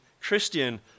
Christian